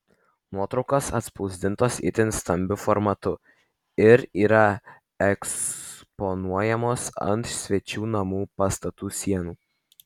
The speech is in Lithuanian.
nuotraukos atspausdintos itin stambiu formatu ir yra eksponuojamos ant svečių namų pastatų sienų